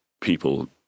people